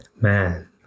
man